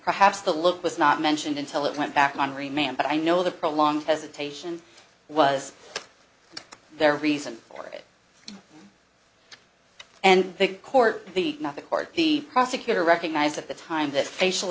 perhaps the look was not mentioned until it went back on remain but i know the prolonged hesitation was their reason for it and big court the not the court the prosecutor recognized at the time that facial